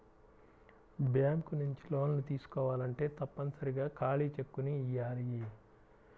bank నుంచి లోన్లు తీసుకోవాలంటే తప్పనిసరిగా ఖాళీ చెక్కుని ఇయ్యాలి